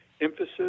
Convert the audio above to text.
emphasis